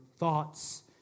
Thoughts